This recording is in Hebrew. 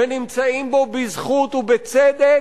ונמצאים בו בזכות ובצדק,